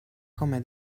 come